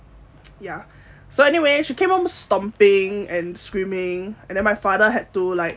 ya so anyway she came home stomp stomping and screaming and then my father had to like